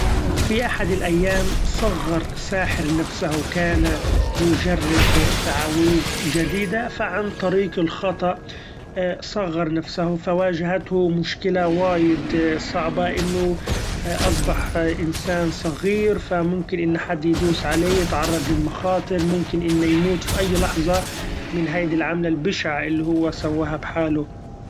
في أحد الأيام صغر ساحر نفسه! كان يچرب تعاويذ چديدة ف عن طريق الخطأ صغر نفسه! ف واچهته مشكلة وايد صعبة إنه اصبح إنسإن صغير، ف ممكن إن حد يدوس عليه يتعرض للمخاطر، ممكن إنه يموت في أي لحظة من هيدي العملة البشعة اللي هو سواها بحاله!